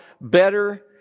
better